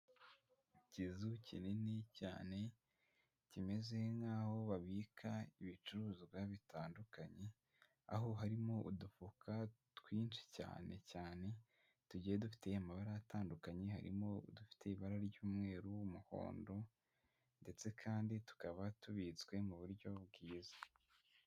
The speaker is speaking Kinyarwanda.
Ikizu kinini cyane kimeze nk'aho babika ibicuruzwa bitandukanye, aho harimo udufuka twinshi cyane cyane tugiye dufite amabara atandukanye harimo udufite ibara ry'umweru, umuhondo, ndetse kandi tukaba tubitswe mu buryo bwiza.